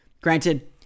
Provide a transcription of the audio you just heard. Granted